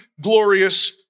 glorious